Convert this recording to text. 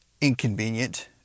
inconvenient